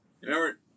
Remember